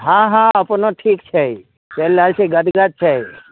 हँ हँ अपनो ठीक छै चलि रहल छै गदगद छै